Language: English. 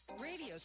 radio